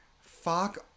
fuck